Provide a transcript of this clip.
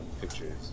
pictures